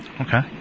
okay